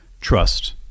trust